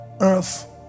earth